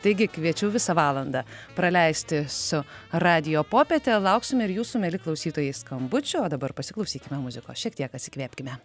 taigi kviečiu visą valandą praleisti su radijo popiete lauksime ir jūsų mieli klausytojai skambučių o dabar pasiklausykime muzikos šiek tiek atsikvėpkime